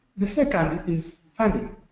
the second is funding.